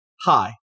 hi